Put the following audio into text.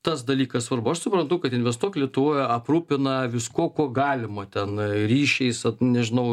tas dalykas svarbu aš suprantu kad investuok lietuvoje aprūpina viskuo kuo galima ten ryšiais nežinau